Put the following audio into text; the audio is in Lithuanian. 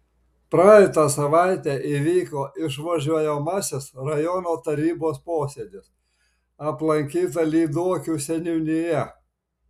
praeitą savaitę įvyko išvažiuojamasis rajono tarybos posėdis aplankyta lyduokių seniūnija